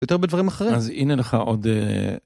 יותר בדברים אחרים אז הנה לך עוד.